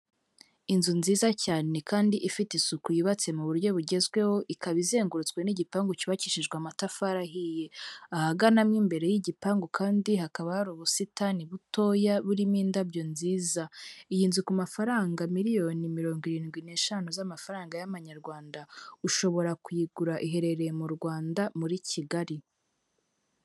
Inzu nziza cyane kandi ifite isuku yubatse mu buryo bugezweho, ikaba izengurutswe n'igipangu cyubakishijwe amatafari ahiye. Ahaganamo imbere y'igipangu kandi hakaba hari ubusitani butoya burimo indabyo nziza. Iyi nzu ku mafaranga miliyoni mirongo irindwi n'eshanu z'amafaranga y'amanyarwanda, ushobora kuyigura, iherereye mu Rwanda muri Kigali.